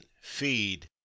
feed